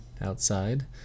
outside